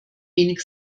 wenig